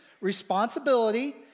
responsibility